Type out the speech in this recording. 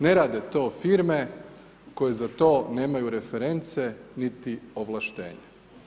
Ne rade to firme koje za to nemaju reference niti ovlaštenje.